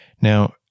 Now